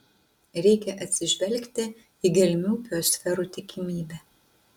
reikia atsižvelgti į gelmių biosferų tikimybę